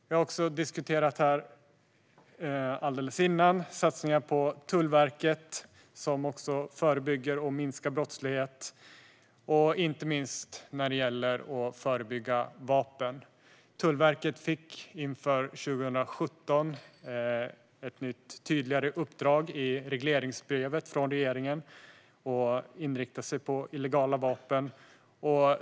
Vi har också här alldeles innan diskuterat satsningar på Tullverket som också förebygger och minskar brottslighet, inte minst när det gäller förekomsten av vapen. Tullverket fick inför 2017 ett tydligare uppdrag i regleringsbrevet från regeringen att inrikta sig på illegala vapen.